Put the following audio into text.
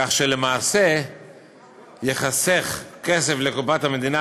כך שלמעשה ייחסך כסף לקופת המדינה.